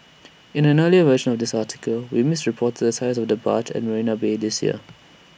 in an earlier version this article we misreported size of the barge at marina bay this year